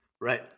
Right